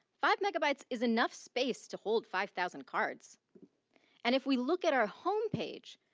five megabytes is enough space to hold five thousand cards and if we look at our homepage,